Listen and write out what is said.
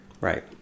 Right